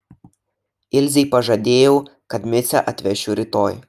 ilzei pažadėjau kad micę atvešiu rytoj